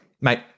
mate